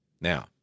Now